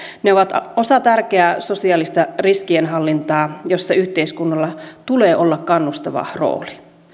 ne ovat osa tärkeää sosiaalista riskienhallintaa jossa yhteiskunnalla tulee olla kannustava rooli